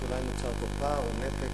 שאולי נוצר פה פער או נתק,